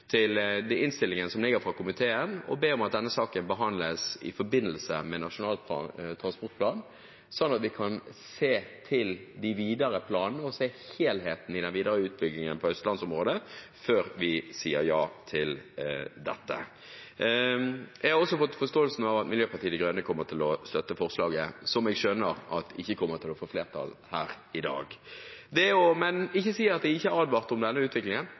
til innstillingen som ligger fra komiteen – å be om at denne saken behandles i forbindelse med Nasjonal transportplan, slik at vi kan se til de videre planene og til helheten i den videre utbyggingen i Østlands-området, før vi sier ja til dette. Jeg har også fått forståelsen av at Miljøpartiet De Grønne kommer til å støtte forslaget, som jeg skjønner at ikke kommer til å få flertall her i dag. Men ikke si at jeg ikke advarte om denne utviklingen!